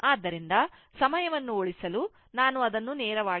ಆದ್ದರಿಂದ ಸಮಯವನ್ನು ಉಳಿಸಲು ನಾನು ಅದನ್ನು ನೇರವಾಗಿ ಮಾಡಿದ್ದೇನೆ